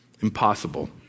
Impossible